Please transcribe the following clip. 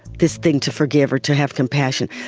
this thing, to forgive or to have compassion.